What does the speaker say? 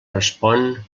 respon